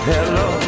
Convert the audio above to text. Hello